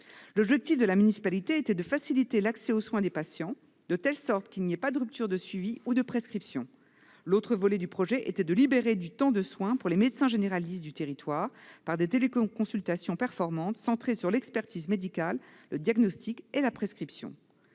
L'objectif de la municipalité était de faciliter l'accès aux soins des patients, de telle sorte qu'il n'y ait pas de rupture de suivi ou de prescription. L'autre volet du projet était de libérer du temps de soins pour les médecins généralistes du territoire, par des téléconsultations performantes, centrées sur l'expertise médicale, le diagnostic et la prescription.